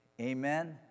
Amen